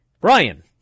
Brian